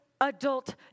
adult